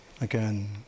again